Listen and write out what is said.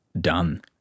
done